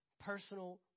personal